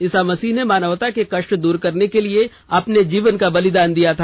ईसा मसीह ने मानवता के कष्ट दूर करने के लिए अपने जीवन का बलिदान दिया था